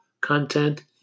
content